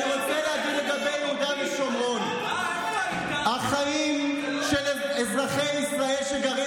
אני רוצה להגיד לגבי יהודה ושומרון שהחיים של אזרחי ישראל שגרים